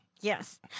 Yes